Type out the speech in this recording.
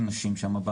לנשים שם,